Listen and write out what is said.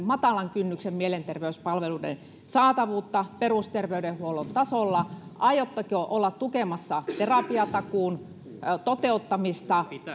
matalan kynnyksen mielenterveyspalveluiden saatavuutta perusterveydenhuollon tasolla aiotteko olla tukemassa terapiatakuun toteuttamista